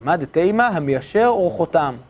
מד דתיימא המיישר אורחותם